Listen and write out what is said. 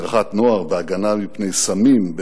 והדרכת נוער, והגנה מפני סמים,